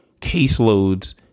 caseloads